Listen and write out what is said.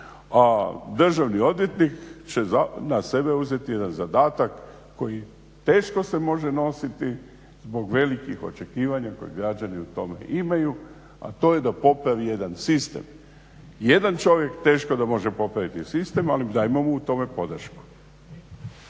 A državni odvjetnik će na sebe uzeti zadatak s kojim teško se može nositi zbog velikih očekivanja koje građani u tome imaju, a to je da popravi jedan sistem. Jedan čovjek teško da može popraviti sistem ali dajmo mu u tome podršku.